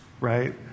right